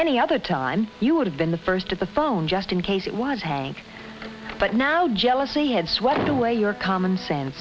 any other time you would have been the first to the phone just in case it was hank but now jealousy had swept away your common sense